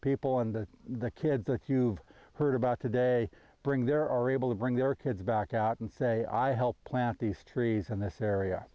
people and the kids that you've heard about today bring their are able to bring their kids back out and say i helped plant these trees in this area